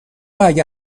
اگه